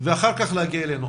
ואחרי זה להגיע אלינו.